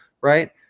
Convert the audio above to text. right